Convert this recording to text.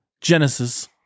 Genesis